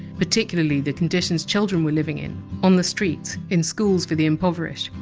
particularly the conditions children were living in on the streets, in schools for the impoverished,